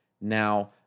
Now